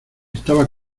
estaba